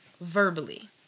verbally